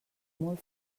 molt